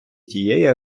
тієї